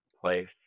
place